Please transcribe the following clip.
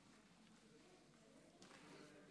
לא חמש